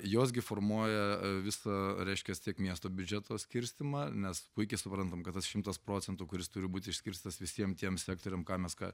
jos gi formuoja visą reiškias tiek miesto biudžeto skirstymą nes puikiai suprantam kad tas šimtas procentų kuris turi būti išskirstytas visiem tiem sektoriam ką mes ką